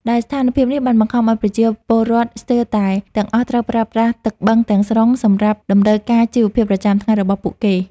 ដែលស្ថានភាពនេះបានបង្ខំឱ្យប្រជាពលរដ្ឋស្ទើរតែទាំងអស់ត្រូវប្រើប្រាស់ទឹកបឹងទាំងស្រុងសម្រាប់តម្រូវការជីវភាពប្រចាំថ្ងៃរបស់ពួកគេ។